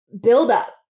buildup